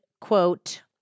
quote